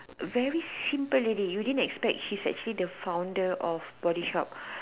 very simple lady you didn't expect she's the founder of body shop